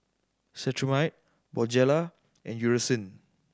Cetrimide Bonjela and Eucerin